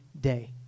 day